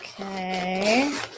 Okay